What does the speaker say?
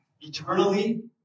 eternally